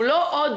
הוא לא עוד